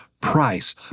price